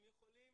הם יכולים